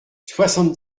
soixante